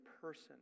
person